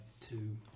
Two